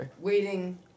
waiting